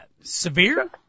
Severe